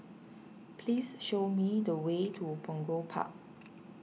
please show me the way to Punggol Park